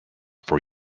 for